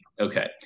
okay